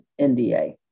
NDA